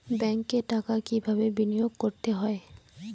ব্যাংকে টাকা কিভাবে বিনোয়োগ করতে হয়?